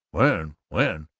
when? when?